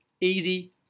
Easy